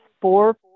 four